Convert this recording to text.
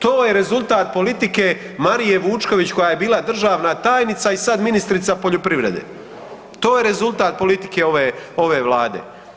To je rezultat politike Marije Vučković koja je bila državna tajnica i sad ministrica poljoprivrede, to je rezultat ove, ove vlade.